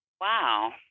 Wow